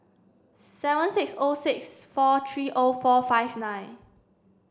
seven six O six four three O four five nine